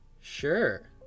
Sure